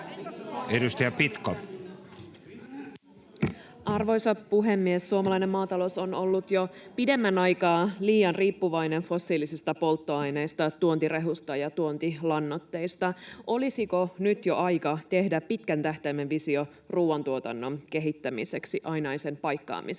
Arvoisa puhemies! Suomalainen maata-lous on ollut jo pidemmän aikaa liian riippuvainen fossiilisista polttoaineista, tuontirehusta ja tuontilannoitteista. Olisiko nyt jo aika tehdä pitkän tähtäimen visio ruuantuotannon kehittämiseksi ainaisen paikkaamisen